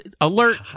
alert